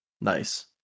Nice